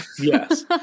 Yes